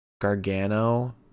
Gargano